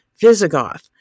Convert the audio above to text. Visigoth